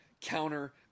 counter